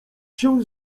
się